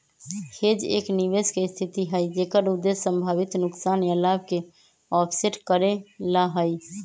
hedge एक निवेश के स्थिति हई जेकर उद्देश्य संभावित नुकसान या लाभ के ऑफसेट करे ला हई